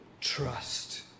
trust